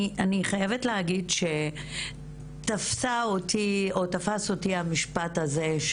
אני חייבת להגיד שתפס אותי המשפט הזה,